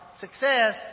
success